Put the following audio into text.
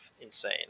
insane